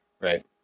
right